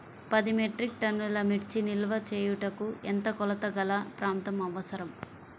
పది మెట్రిక్ టన్నుల మిర్చి నిల్వ చేయుటకు ఎంత కోలతగల ప్రాంతం అవసరం?